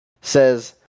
says